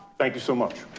thank you so much.